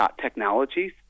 technologies